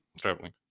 traveling